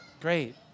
Great